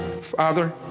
Father